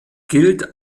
gilt